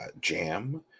jam